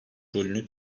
rolünü